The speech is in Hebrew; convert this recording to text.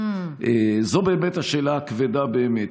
זאת באמת השאלה הכבדה באמת.